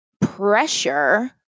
pressure